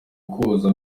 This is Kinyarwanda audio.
koza